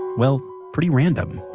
well, pretty random